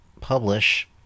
publish